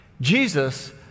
Jesus